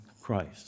Christ